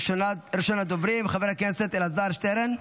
ראשון הדוברים, חבר הכנסת אלעזר שטרן,